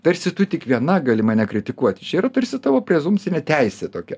tarsi tu tik viena gali mane kritikuoti čia yra tarsi tavo prezumpcinė teisė tokia